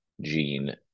Gene